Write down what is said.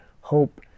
hope